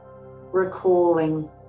recalling